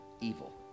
evil